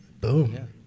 Boom